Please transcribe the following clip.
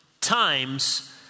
times